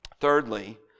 thirdly